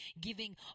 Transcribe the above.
giving